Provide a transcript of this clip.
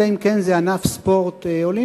אלא אם כן זה ענף ספורט אולימפי,